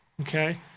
okay